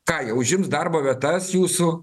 ką jie užims darbo vietas jūsų